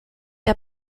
der